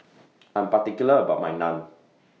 I'm particular about My Naan